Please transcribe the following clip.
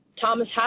Thomas